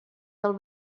del